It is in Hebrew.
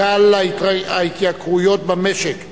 גל ההתייקרויות במשק,